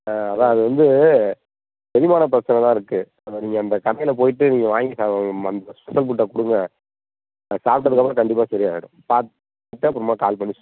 ஆ அதான் அது வந்து செரிமான பிரச்சனை தான் இருக்கு அந்த நீங்கள் அந்த கடையிலப் போயிட்டு நீங்கள் வாங்கி க மம் ஸ்பெசல் ஃபுட்டை கொடுங்க அதை சாப்பிட்டதுக்கப்பறம் கண்டிப்பாக சரியாயிடும் சாப்பிட்டு அப்பறமாக கால் பண்ணி ஸ்